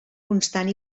constant